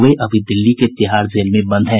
वे अभी दिल्ली के तिहाड़ जेल में बंद हैं